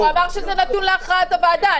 הוא אמר שזה נתון להכרעת הוועדה.